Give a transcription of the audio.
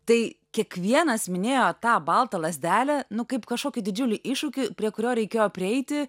tai kiekvienas minėjo tą baltą lazdelę nu kaip kažkokį didžiulį iššūkį prie kurio reikėjo prieiti